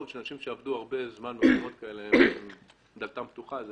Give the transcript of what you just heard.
שאנשים שעבדו הרבה זמן במקומות כאלה הדלת פתוחה לפניהם,